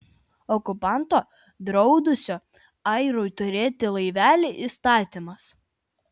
okupanto draudusio airiui turėti laivelį įstatymas